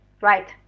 right